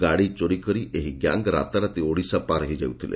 ଗାଡ଼ି ଚୋରି କରି ଏହି ଗ୍ୟାଙ୍ଗ ରାତିରାତି ଓଡ଼ିଶା ପାର୍ ହୋଇଯାଉଥିଲେ